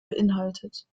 beinhaltet